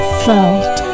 felt